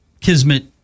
kismet